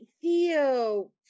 Theo